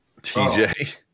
TJ